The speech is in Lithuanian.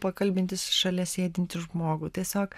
pakalbinti šalia sėdintį žmogų tiesiog